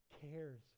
cares